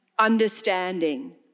understanding